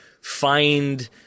find